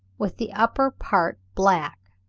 with the upper part black,